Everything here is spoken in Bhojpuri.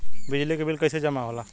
बिजली के बिल कैसे जमा होला?